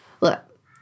Look